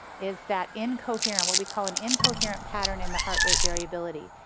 is that incoherent what we call an incoherent pattern in the heart rate variability.